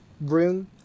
room